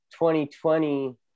2020